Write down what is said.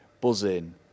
buzzing